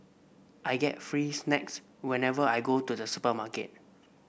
I get free snacks whenever I go to the supermarket